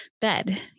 bed